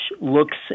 looks